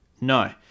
No